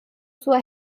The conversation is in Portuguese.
sua